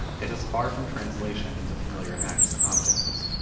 it is far from translation into familiar acts and objects.